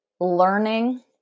Learning